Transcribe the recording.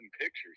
pictures